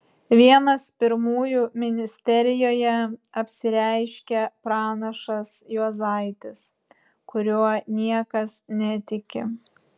vienas pirmųjų ministerijoje apsireiškia pranašas juozaitis kuriuo niekas netiki